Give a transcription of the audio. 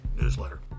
newsletter